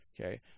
Okay